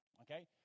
Okay